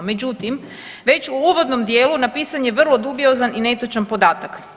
Međutim, već u uvodnom dijelu napisan je vrlo dubiozan i netočan podatak.